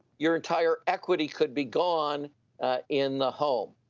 your entire equity could be gone in the home,